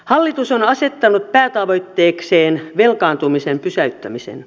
hallitus on asettanut päätavoitteekseen velkaantumisen pysäyttämisen